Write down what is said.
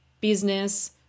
business